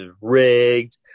rigged